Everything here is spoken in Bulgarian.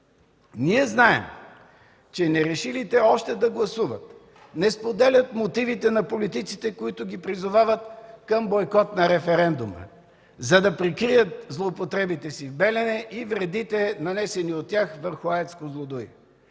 Ние знаем, че нерешилите още да гласуват не споделят мотивите на политиците, които ги призовават към бойкот на референдума, за да прикрият злоупотребите си в Белене и вредите, нанесени от тях върху АЕЦ „Козлодуй”.